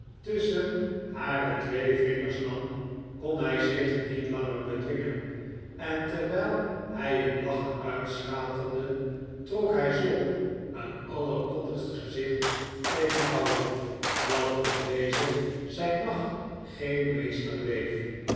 tusschen hare twee vingers nam kon hij zich niet langer bedwingen en terwijl hij in lachen uitschaterde trok hij zulk een allerkoddigst gezicht tegen howard dat ook deze zijn lach geen meester bleef